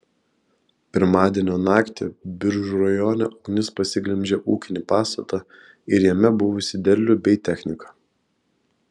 pirmadienio naktį biržų rajone ugnis pasiglemžė ūkinį pastatą ir jame buvusį derlių bei techniką